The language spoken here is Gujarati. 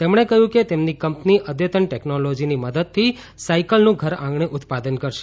તેમણે કહ્યું કે તેમની કંપની અદ્યતન ટેકનોલોજીની મદદથી સાયકલનું ધરઆંગણે ઉત્પાદન કરશે